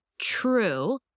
true